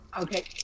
okay